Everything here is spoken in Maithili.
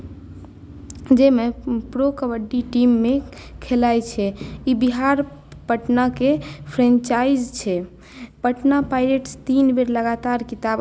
जाहिमे प्रो कबड्डी टीममे खेलाइ छै ई बिहार पटनाकेँ फ्रेन्चाइज छै पटना पाइरेट्स तीन बेर लगातार खिताब अपना नाम केलक